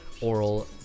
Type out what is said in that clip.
oral